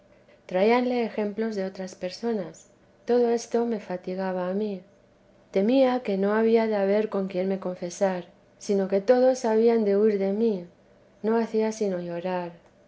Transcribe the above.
traíanle ejemplos de otras personas todo esto me fatigaba a mi temía que no había de haber con quien me confesar sino que todos habían de huir de mí no hacía sino llorar